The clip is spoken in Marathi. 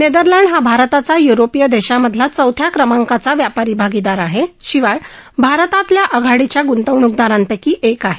नेदरलँड हा भारताचा युरोपीय देशांमधला चौथ्या क्रमांकाचा व्यापारी भागिदार आहे शिवाय भारतातल्या आघाडीच्या ग्ंतवणूकदारांपैकी एक आहे